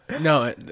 No